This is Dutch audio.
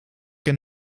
een